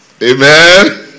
Amen